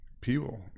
people